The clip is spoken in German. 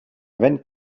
wenn